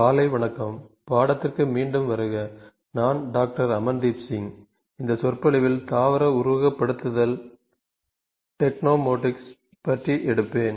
காலை வணக்கம் பாடத்திற்கு மீண்டும் வருக நான் டாக்டர் அமன்தீப் சிங் இந்த சொற்பொழிவில் தாவர உருவகப்படுத்துதல் டெக்னோமாடிக்ஸ் பற்றி எடுப்பேன்